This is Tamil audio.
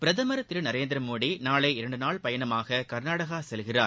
பிரதமர் திரு நரேந்திரமோடி நாளை இரண்டுநாள் பயணமாக கர்நாடகா செல்கிறார்